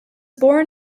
born